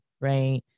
Right